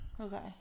Okay